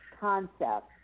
concept